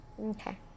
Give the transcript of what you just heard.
Okay